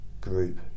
group